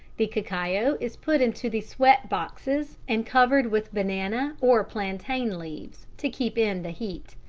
the cacao is put into the sweat boxes and covered with banana or plantain leaves to keep in the heat.